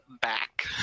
back